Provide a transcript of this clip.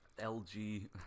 lg